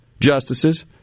justices